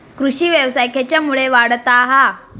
कृषीव्यवसाय खेच्यामुळे वाढता हा?